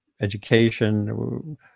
education